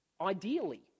ideally